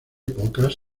pocas